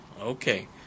Okay